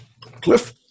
cliff